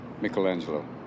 Michelangelo